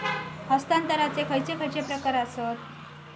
हस्तांतराचे खयचे खयचे प्रकार आसत?